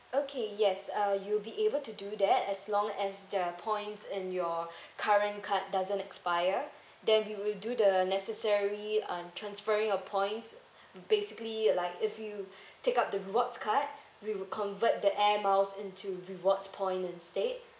okay yes uh you will be able to do that as long as the points in your current card doesn't expire then we will do the necessary um transferring of points basically like if you take out the rewards card we will convert the airmiles into rewards points instead